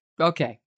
Okay